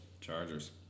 Chargers